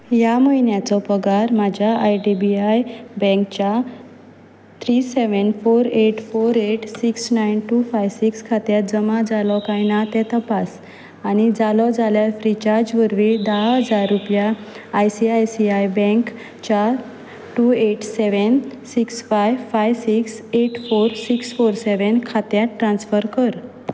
ह्या म्हयन्याचो पगार म्हज्या आय डी बी आय बँकच्या three seven four eight four eight six nine two five six खात्यांत जमा जालो काय ना तें तपास आनी जालो जाल्यार फ्री चार्ज वरवीं धा हजार रुपया आयसीआय सी आय बँकच्या two eight seven six five five six eight four six four seven खात्यांत ट्रान्स्फर कर